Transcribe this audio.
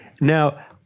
Now